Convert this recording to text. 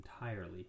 entirely